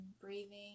breathing